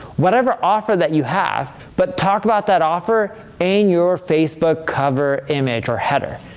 whatever offer that you have, but talk about that offer in your facebook cover image or header.